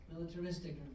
militaristic